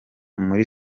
muri